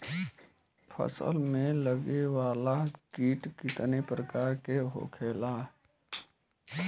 फसल में लगे वाला कीट कितने प्रकार के होखेला?